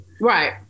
Right